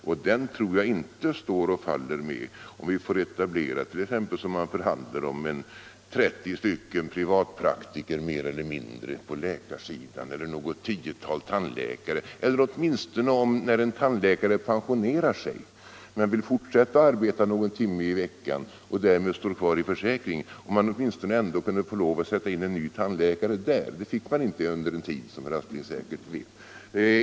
Jag tror inte att den står och faller med förhandlingar om 30 ytterligare privatpraktiker på läkarsidan eller något tiotal tandläkare. Åtminstone när en tandläkare som pensionerar sig vill fortsätta att arbeta någon timme i veckan och därmed stå kvar i försäkringen borde en ny tandläkare få sättas in, men det var under en tid inte tillåtet, som herr Aspling säkerligen vet.